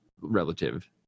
relative